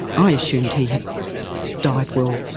i assumed he had died well,